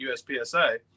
USPSA